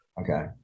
okay